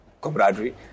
camaraderie